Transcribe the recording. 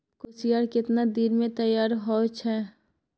कोसियार केतना दिन मे तैयार हौय छै?